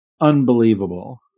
unbelievable